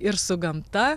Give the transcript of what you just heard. ir su gamta